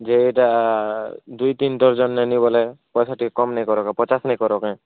ଯେ ଏଇଟା ଦୁଇ ତିନ୍ ଡ଼ର୍ଜନ୍ ନେମି ବୋଲେ ପଇସା ଟିକେ କମ୍ ନାଇଁ କର୍ବା ପଚାଶ୍ ନେଇ କର କେଁ